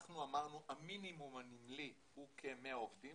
אנחנו אמרנו המינימום הנמלי הוא כ-100 עובדים,